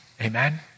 Amen